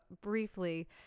briefly